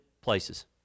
places